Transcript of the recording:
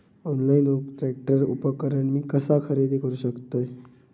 Online tractor उपकरण मी कसा खरेदी करू शकतय?